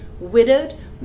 widowed